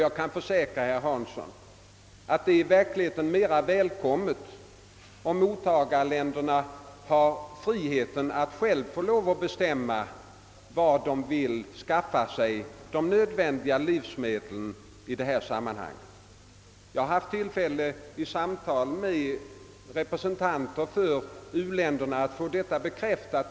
Jag kan försäkra herr Hansson om att det i verkligheten är mera välkommet, om mottagarländerna själva får bestämma varifrån de i detta sammanhang vill skaffa sig de nödvändiga livsmedlen. Jag har vid samtal med representanter för u-länderna fått detta bekräftat.